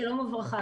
שלום וברכה.